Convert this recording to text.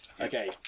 Okay